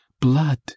blood